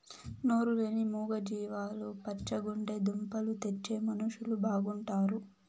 నోరు లేని మూగ జీవాలు పచ్చగుంటే దుంపలు తెచ్చే మనుషులు బాగుంటారు